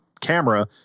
camera